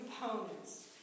components